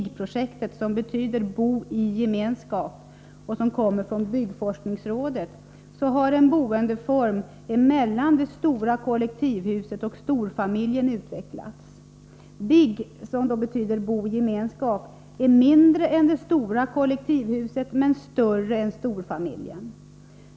Det är BIG-projektet som kommer från byggforskningsrådet, och där har en boendeform mellan det stora kollektivhuset och storfamiljen utvecklats. BIG, som betyder bo i gemenskap, gäller något som är mindre än det stora kollektivhuset men större än storfamiljen.